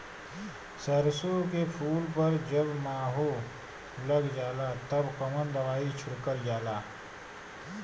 सरसो के फूल पर जब माहो लग जाला तब कवन दवाई छिड़कल जाला?